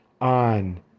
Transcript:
on